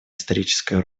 исторической